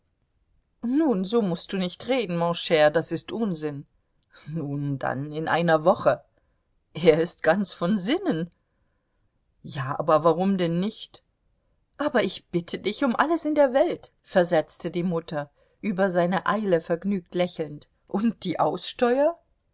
nun so mußt du nicht reden mon cher das ist unsinn nun dann in einer woche er ist ganz von sinnen ja aber warum denn nicht aber ich bitte dich um alles in der welt versetzte die mutter über seine eile vergnügt lächelnd und die aussteuer